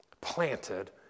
planted